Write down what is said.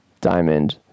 diamond